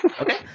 okay